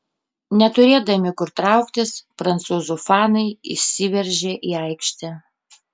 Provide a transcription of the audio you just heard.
neturėdami kur trauktis prancūzų fanai išsiveržė į aikštę